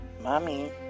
mommy